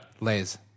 Lay's